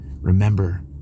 remember